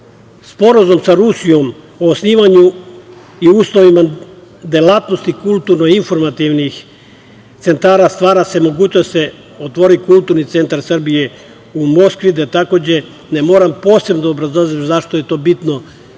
sa Rusijom o osnivanju i uslovima delatnosti kulturno-informativnih centara stvara se mogućnost da se otvori kulturni centar Srbije u Moskvi, gde takođe ne moram posebno da obrazlažem zašto je to bitno,